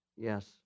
Yes